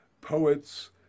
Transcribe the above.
poets